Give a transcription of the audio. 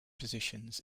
positions